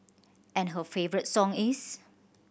and her favourite song is